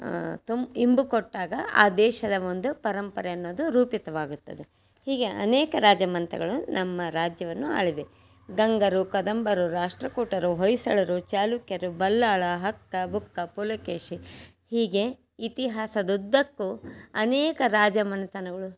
ತುಮ್ ಇಂಬು ಕೊಟ್ಟಾಗ ಆ ದೇಶದ ಒಂದು ಪರಂಪರೆ ಅನ್ನೋದು ರೂಪಿತವಾಗುತ್ತದೆ ಹೀಗೆ ಅನೇಕ ರಾಜಮನ್ತನಗಳು ನಮ್ಮ ರಾಜ್ಯವನ್ನು ಆಳಿವೆ ಗಂಗರು ಕದಂಬರು ರಾಷ್ಟ್ರಕೂಟರು ಹೊಯ್ಸಳರು ಚಾಲುಕ್ಯರು ಬಲ್ಲಾಳ ಹಕ್ಕಬುಕ್ಕ ಪುಲಕೇಶಿ ಹೀಗೆ ಇತಿಹಾಸದುದ್ದಕ್ಕೂ ಅನೇಕ ರಾಜಮನೆತನಗಳು